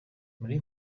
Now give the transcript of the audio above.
muri